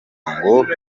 ngo